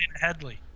Headley